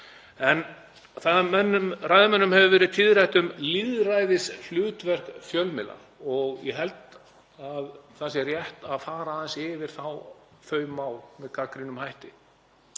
og Fótbolti.net. Ræðumönnum hefur verið tíðrætt um lýðræðishlutverk fjölmiðla og ég held að það sé rétt að fara aðeins yfir þau mál með gagnrýnum hætti